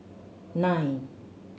nine